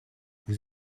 vous